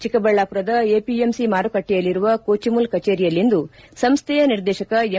ಚಿಕ್ಕಬಳ್ನಾಪುರದ APMC ಮಾರುಕಟ್ನೆಯಲ್ಲಿರುವ ಕೋಚಿಮುಲ್ ಕಚೇರಿಯಲ್ಲಿಂದು ಸಂಸ್ಥೆಯ ನಿರ್ದೇಶಕ ಎಂ